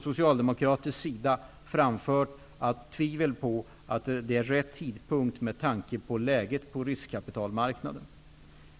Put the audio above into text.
Socialdemokraterna framför tvivel på att det nu är rätt tidpunkt med tanke på läget på riskkapitalmarknaden.